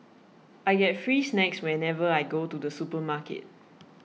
I get free snacks whenever I go to the supermarket